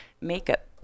makeup